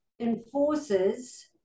enforces